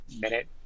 minute